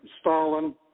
Stalin